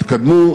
התקדמו,